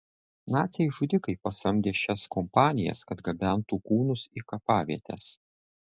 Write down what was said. naciai žudikai pasamdė šias kompanijas kad gabentų kūnus į kapavietes